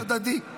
זה הדדי.